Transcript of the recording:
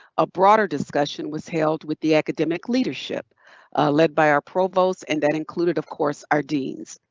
a broader discussion was held with the academic leadership led by our provost and that included of course, our deans.